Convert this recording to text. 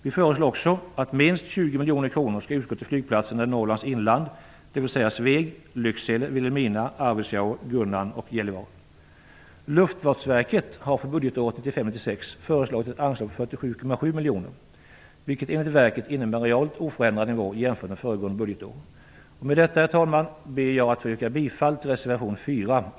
Vi föreslår också att minst 20 miljoner kronor skall utgå till flygplatserna i Norrlands inland, dvs. Sveg, Lycksele, Vilhelmina, Arvidsjaur, Gunnarn och Gällivare. Luftfartsverket har för budgetåret 1995/96 föreslagit ett anslag på 47,7 miljoner, vilket enligt verket innebär en realt oförändrad nivå jämfört med föregående budgetår. Med detta, herr talman, ber jag att få yrka bifall till reservation 4.